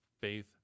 faith